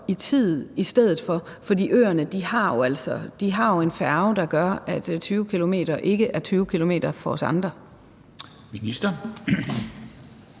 i tid i stedet for, for øerne har jo altså en færge, der gør, at 20 km ikke er ligesom 20 km for os andre. Kl.